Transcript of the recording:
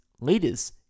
Leaders